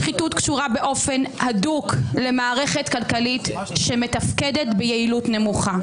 שחיתות קשורה באופן הדוק למערכת כלכלית שמתפקדת ביעילות נמוכה.